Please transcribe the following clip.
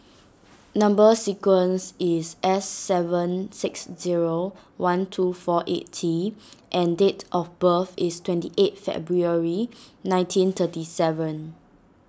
Number Sequence is S seven six zero one two four eight T and date of birth is twenty eight February nineteen thirty seven